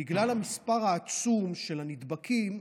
בגלל המספר העצום של הנדבקים,